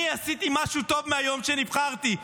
אני עשיתי משהו טוב מהיום שנבחרתי.